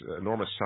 enormous